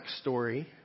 story